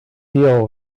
deal